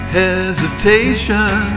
hesitation